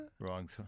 wrong